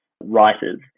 writers